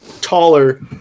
taller